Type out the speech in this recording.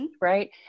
Right